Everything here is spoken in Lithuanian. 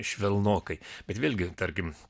švelnokai bet vėlgi tarkim